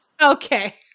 okay